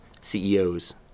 CEOs